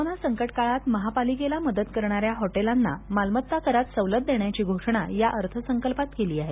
corona संकट काळात महापालिकेला मदत करणाऱ्या हैंटेलांना मालमत्ता करात सदलत देण्याची घोषणा या अर्थसंकल्पात केली आहे